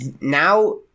now